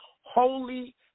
holy